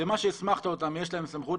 למה שהסמכת אותם - יש להם סמכות.